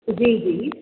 जी जी